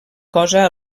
cosa